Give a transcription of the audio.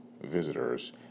visitors